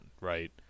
right